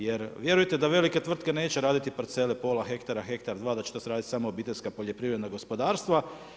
Jer vjerujte da velike tvrtke neće raditi parcele pola hektara, hektar dva, da će to raditi samo obiteljska poljoprivredna gospodarstva.